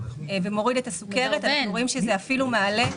ומוריד את הסוכרת אלא אנחנו רואים שזה אפילו מעלה.